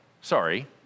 Sorry